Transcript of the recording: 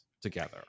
together